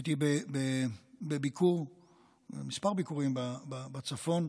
הייתי בכמה ביקורים בצפון,